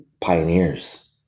pioneers